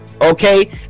okay